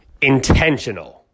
intentional